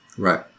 Right